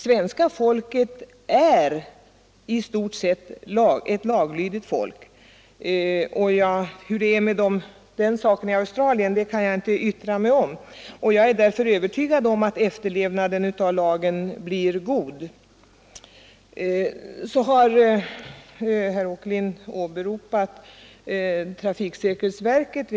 Svenska folket är i stort sett laglydigt — hur det är med folket i Australien kan jag inte yttra mig om. Jag är följaktligen övertygad om att efterlevnaden av lagen blir god. Herr Åkerlind har vid ett par tillfällen åberopat trafiksäkerhetsverket.